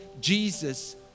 Jesus